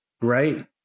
Right